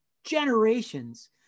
generations